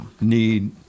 need